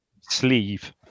sleeve